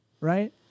Right